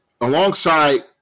alongside